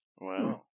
Wow